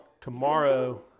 tomorrow